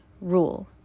rule